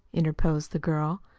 interposed the girl.